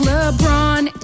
LeBron